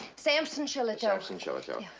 samson shillitoe. samson shillitoe.